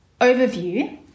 overview